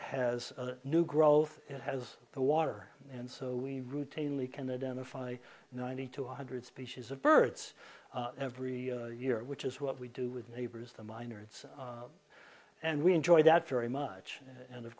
has new growth it has the water and so we routinely can identify ninety to one hundred species of birds every year which is what we do with neighbors the miner it's and we enjoy that very much and of